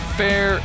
fair